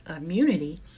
immunity